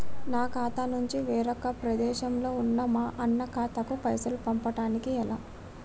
నా ఖాతా నుంచి వేరొక ప్రదేశంలో ఉన్న మా అన్న ఖాతాకు పైసలు పంపడానికి ఎలా?